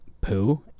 poo